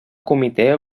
comitè